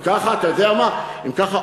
אם ככה,